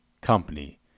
company